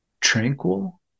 tranquil